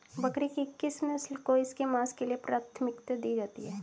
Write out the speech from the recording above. बकरी की किस नस्ल को इसके मांस के लिए प्राथमिकता दी जाती है?